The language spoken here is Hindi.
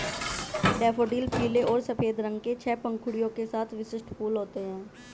डैफ़ोडिल पीले और सफ़ेद रंग के छह पंखुड़ियों के साथ विशिष्ट फूल होते हैं